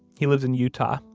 he lived in utah,